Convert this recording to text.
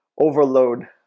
overload